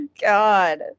God